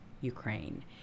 Ukraine